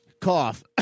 Cough